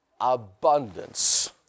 abundance